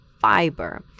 fiber